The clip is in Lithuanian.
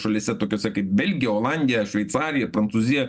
šalyse tokiose kaip belgija olandija šveicarija prancūzija